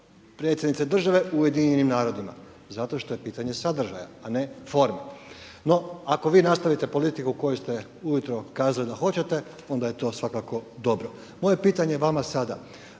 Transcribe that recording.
predsjednice države u Ujedinjenim narodima, zato što je pitanje sadržaja, a ne forme. No, ako vi nastavite politiku koju ste ujutro kazali da hoćete, onda je to svakako dobro. Moje pitanje vama sada,